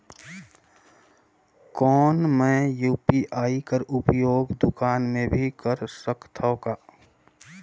कौन मै यू.पी.आई कर उपयोग दुकान मे भी कर सकथव का?